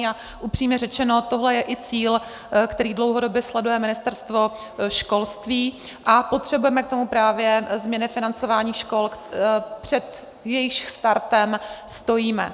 A upřímně řečeno tohle je i cíl, který dlouhodobě sleduje Ministerstvo školství, a potřebujeme k tomu právě změny financování škol, před jejichž startem stojíme.